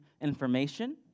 information